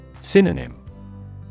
Synonym